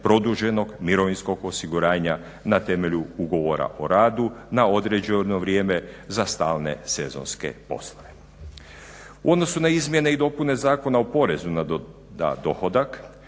mirovinskog osiguranja na temelju ugovora o radu na određeno vrijeme za stalne sezonske poslove. U odnosu na izmjene i dopune Zakona o porezu na dohodak